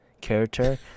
character